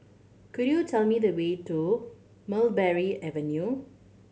could you tell me the way to Mulberry Avenue